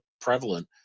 prevalent